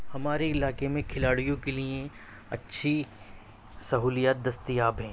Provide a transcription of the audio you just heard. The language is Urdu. ہمارے علاقے میں کھلاڑیوں کے لیے اچھی سہولیات دستیاب ہیں